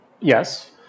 Yes